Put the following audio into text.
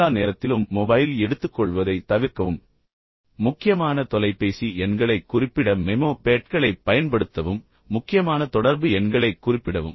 எல்லா நேரத்திலும் மொபைல் எடுத்துக்கொள்வதைத் தவிர்க்கவும் முக்கியமான தொலைபேசி எண்களைக் குறிப்பிட மெமோ பேட்களைப் பயன்படுத்தவும் முக்கியமான தொடர்பு எண்களைக் குறிப்பிடவும்